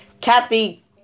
Kathy